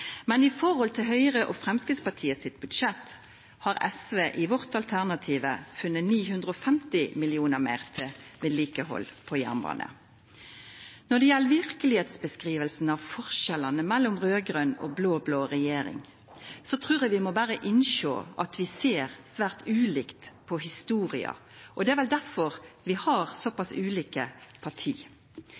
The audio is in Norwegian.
Men i forhold til Høgre og Framstegspartiet sitt budsjett har SV i vårt alternative budsjett funne 950 mill. kr meir til vedlikehald på jernbane. Når det gjeld verkelegheitsbeskrivinga av forskjellane mellom raud-grøn og blå-blå regjering, trur eg vi berre må innsjå at vi ser svært ulikt på historia, og det er vel derfor vi har såpass ulike parti.